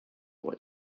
what